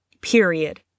period